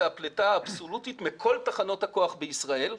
זו הפליטה האבסולוטית מכל תחנות הכוח בישראל,